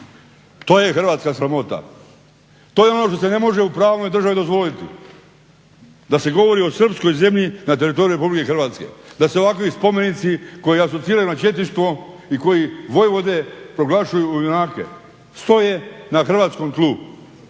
To je hrvatska sramota, to je ono što se ne može u pravnoj državi dozvoliti, da se govori o srpskoj zemlji na teritoriju RH, da se ovakvi spomenici koji asociraju na četništvo i koji vojvode proglašuju u junake, stoje na hrvatskom tlu.